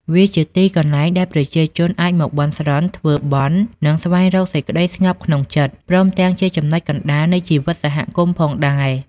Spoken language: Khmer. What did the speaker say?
វាជាទីកន្លែងដែលប្រជាជនអាចមកបន់ស្រន់ ធ្វើបុណ្យ និងស្វែងរកសេចក្តីស្ងប់ក្នុងចិត្ត ព្រមទាំងជាចំណុចកណ្ដាលនៃជីវិតសហគមន៍ផងដែរ។